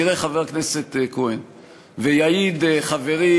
תראה, חבר הכנסת כהן, ויעיד חברי